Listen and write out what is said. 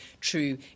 true